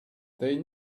they